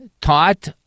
taught